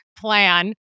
plan